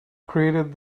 created